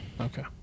Okay